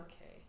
Okay